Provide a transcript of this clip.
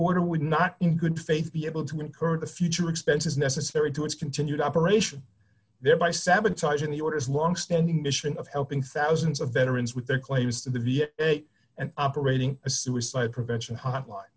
order would not in good faith be able to incur the future expenses necessary to its continued operation thereby sabotaging the orders longstanding mission of helping thousands of veterans with their claims to the v a and operating a suicide prevention hotline